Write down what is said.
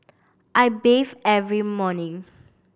I bathe every morning